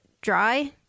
dry